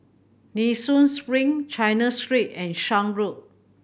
Nee Soon Spring China Street and Shan Road